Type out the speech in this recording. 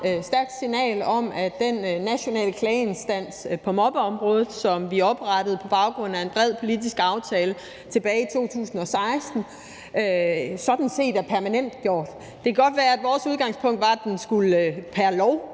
stærkt signal om, at den nationale klageinstans på mobbeområdet, som vi oprettede på baggrund af en bred politisk aftale tilbage i 2016, sådan set er permanentgjort. Det kan godt være, at vores udgangspunkt var, at den via lovforslaget